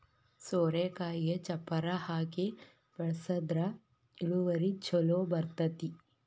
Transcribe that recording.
ಸೋರೆಕಾಯಿಗೆ ಚಪ್ಪರಾ ಹಾಕಿ ಬೆಳ್ಸದ್ರ ಇಳುವರಿ ಛಲೋ ಬರ್ತೈತಿ